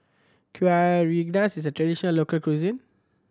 Kuih Rengas is a traditional local cuisine